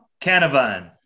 Canavan